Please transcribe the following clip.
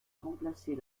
remplacer